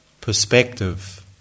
perspective